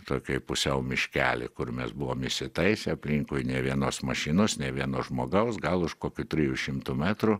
tokioj pusiau miškely kur mes buvom įsitaisę aplinkui nei vienos mašinos nei vieno žmogaus gal už kokių trijų šimtų metrų